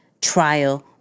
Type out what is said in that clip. trial